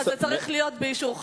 אז זה צריך להיות באישורך,